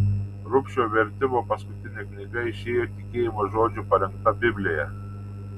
rubšio vertimo paskutinė knyga išėjo tikėjimo žodžio parengta biblija